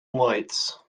lights